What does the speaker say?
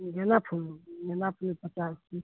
गेन्दा फूल गेन्दा फूल पचास पीस